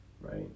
right